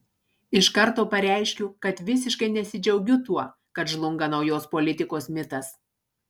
iš karto pareiškiu kad visiškai nesidžiaugiu tuo kad žlunga naujos politikos mitas